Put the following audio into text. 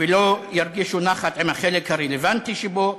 ולא ירגישו נחת עם החלק הרלוונטי שבו.